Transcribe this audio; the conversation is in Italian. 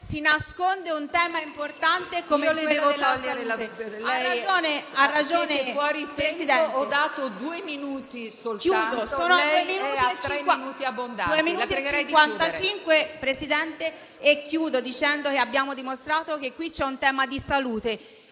nascosto un tema importante come quello della salute.